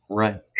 right